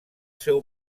seu